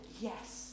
Yes